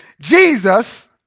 Jesus